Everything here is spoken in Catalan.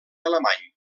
alemany